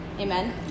Amen